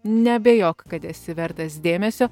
neabejok kad esi vertas dėmesio